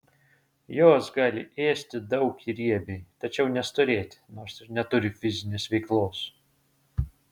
jos gali ėsti daug ir riebiai tačiau nestorėti nors ir neturi fizinės veiklos